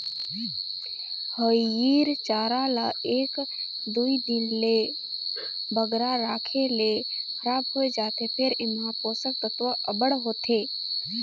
हयिर चारा ल एक दुई दिन ले बगरा राखे ले खराब होए जाथे फेर एम्हां पोसक तत्व अब्बड़ होथे